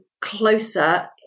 closer